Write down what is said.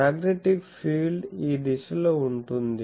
magnetic field ఈ దిశలో ఉంటుంది